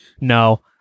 no